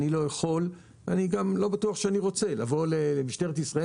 אני לא יכול ואני גם לא בטוח שאני רוצה לבוא למשטרת ישראל